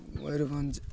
Mayurbhanj